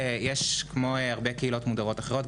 כמו הרבה קהילות מודרות אחרות,